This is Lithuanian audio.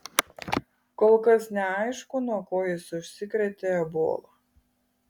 kol kas neaišku nuo ko jis užsikrėtė ebola